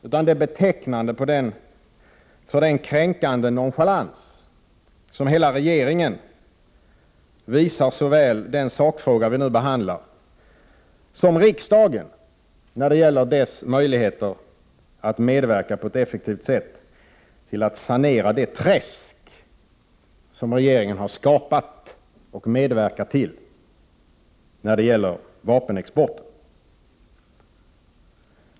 Det är tvärtom betecknande för den kränkande nonchalans som hela regeringen visar såväl den sakfråga vi behandlar som riksdagen när det gäller dess möjligheter att på ett effektivt sätt medverka till att sanera det träsk regeringen skapat och medverkat till i fråga om vapenexporten.